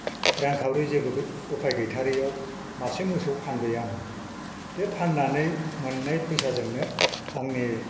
रांखावरि जेबो उपाय गैथारियाव मासे मोसौ फानबाय आङो बे फाननानै मोननाय फैसाजोंनो आंनि